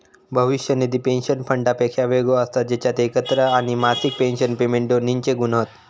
भविष्य निधी पेंशन फंडापेक्षा वेगळो असता जेच्यात एकत्र आणि मासिक पेंशन पेमेंट दोन्हिंचे गुण हत